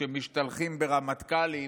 כשמשתלחים ברמטכ"לים,